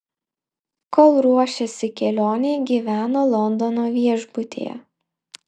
kol ruošėsi kelionei gyveno londono viešbutyje